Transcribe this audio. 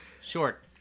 Short